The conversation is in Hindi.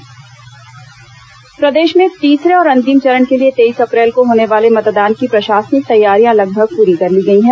मतदान दल तैयारी प्रदेश में तीसरे और अंतिम चरण के लिए तेईस अप्रैल को होने वाले मतदान की प्रशासनिक तैयारियां लगभग पूरी कर ली गई हैं